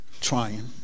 trying